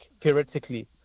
theoretically